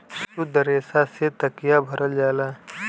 सुद्ध रेसा से तकिया भरल जाला